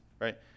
right